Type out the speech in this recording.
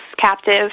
captive